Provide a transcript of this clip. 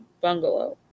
bungalow